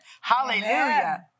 Hallelujah